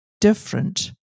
different